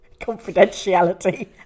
confidentiality